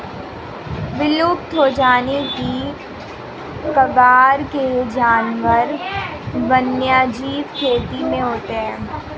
विलुप्त हो जाने की कगार के जानवर वन्यजीव खेती में होते हैं